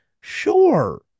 Sure